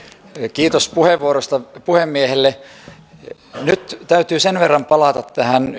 kiitos puheenvuorosta puhemiehelle nyt täytyy sen verran palata tähän